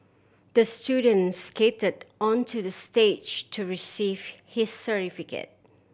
the student skated onto the stage to receive his certificate